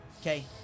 Okay